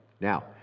Now